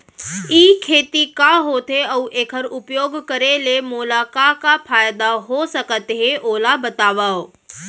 ई खेती का होथे, अऊ एखर उपयोग करे ले मोला का का फायदा हो सकत हे ओला बतावव?